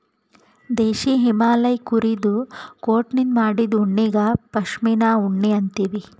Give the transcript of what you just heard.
ದೇಶೀ ಹಿಮಾಲಯ್ ಕುರಿದು ಕೋಟನಿಂದ್ ಮಾಡಿದ್ದು ಉಣ್ಣಿಗಾ ಪಶ್ಮಿನಾ ಉಣ್ಣಿ ಅಂತೀವಿ